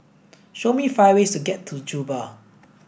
show me five ways to get to Juba